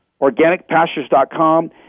organicpastures.com